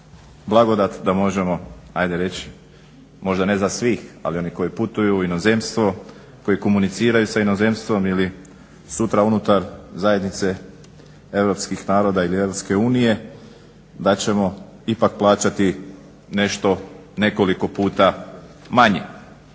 blagodat da možemo ajde reći možda ne za svih ali onih koji putuju u inozemstvo, koji komuniciraju sa inozemstvom ili sutra unutar zajednice europskih naroda ili EU da ćemo ipak plaćati nešto nekoliko puta manje.